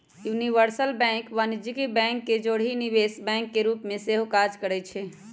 universal bank वाणिज्यिक bank के जौरही निवेश बैंक के रूप में सेहो काज करइ छै